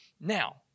Now